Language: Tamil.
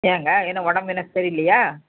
ஏன்ங்க என்ன உடம்பு என்ன சரியில்லையா